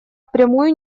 впрямую